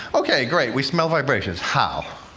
ok, great, we smell vibrations. how?